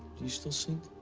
do you still sing?